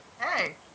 Hey